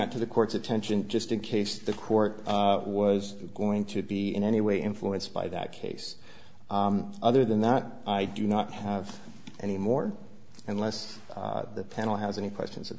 out to the court's attention just in case the court was going to be in any way influenced by that case other than that i do not have any more unless the panel has any questions o